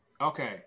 Okay